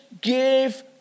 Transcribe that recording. give